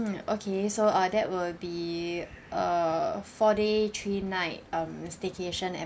okay so uh that will be a four day three night um staycation am